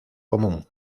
común